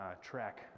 track